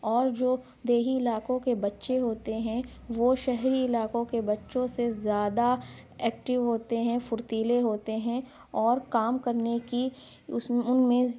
اور جو دیہی علاقوں کے بچے ہوتے ہیں وہ شہری علاقوں کے بچوں سے زیادہ ایکٹو ہوتے ہیں پھرتیلے ہوتے ہیں اور کام کرنے کی اس میں ان میں